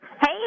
Hey